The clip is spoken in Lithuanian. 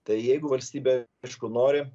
tai jeigu valstybė aišku nori